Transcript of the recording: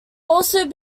also